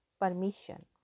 permission